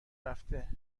رفته